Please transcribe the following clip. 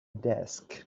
desk